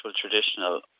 traditional